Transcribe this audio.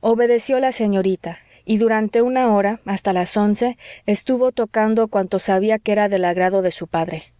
obedeció la señorita y durante una hora hasta las once estuvo tocando cuanto sabía que era del agrado de su padre